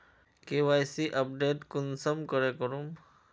KYC update कुंसम करे करूम?